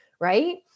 right